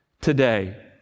today